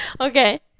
Okay